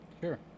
sure